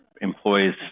employees